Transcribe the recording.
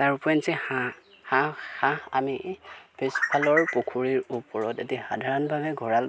তাৰ উপৰেঞ্চি হাঁহ হাঁহ হাঁহ আমি পিছফালৰ পুখুৰীৰ ওপৰত এটি সাধাৰণভাৱে গঁৰাল